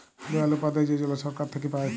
দয়াল উপাধ্যায় যজলা ছরকার থ্যাইকে পায়